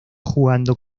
jugando